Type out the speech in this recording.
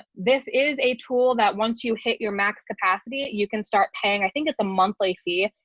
this is a tool that once you hit your max capacity, you can start paying, i think it's a monthly fee.